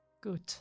Good